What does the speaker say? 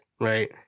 right